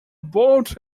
boat